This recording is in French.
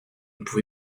vous